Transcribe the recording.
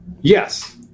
Yes